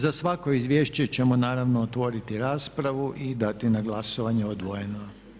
Za svako izvješće ćemo naravno otvoriti raspravu i dati na glasovanje odvojeno.